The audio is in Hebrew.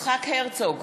יצחק הרצוג,